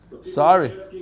Sorry